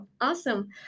Awesome